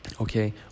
Okay